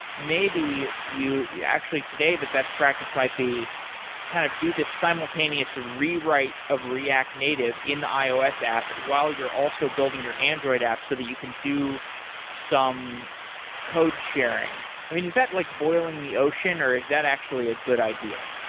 maybe you you actually, today the best practice might be kind of do this simultaneous rewrite of react native in the ios app while you're also building your android apps so that you can do some code sharing. is that like boiling the ocean or is that actually a good idea?